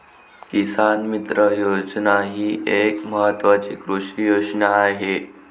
किसान मित्र योजना ही एक महत्वाची कृषी योजना आहे